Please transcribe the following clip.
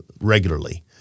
regularly